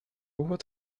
would